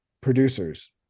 producers